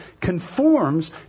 conforms